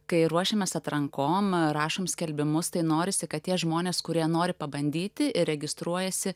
kai ruošiamės atrankom rašom skelbimus tai norisi kad tie žmonės kurie nori pabandytiir registruojasi